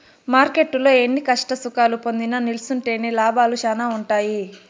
మార్కెట్టులో ఎన్ని కష్టసుఖాలు పొందినా నిల్సుంటేనే లాభాలు శానా ఉంటాయి